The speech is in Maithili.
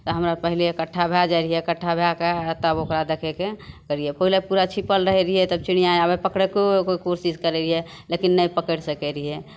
तऽ हमारा और पहिले इकट्ठा भए जाइ रहियै इकट्ठा भए कऽ आओर तब ओकरा देखयके करियै पहिले पूरा छिपल रहय रहियै तऽ चिड़ियाँ आबय पकड़ेयोके कोशिश करय रहियै लेकिन नहि पकड़ि सकय रहियै